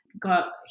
got